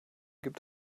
gibt